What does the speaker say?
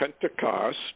Pentecost